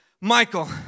Michael